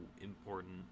important